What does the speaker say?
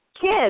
kids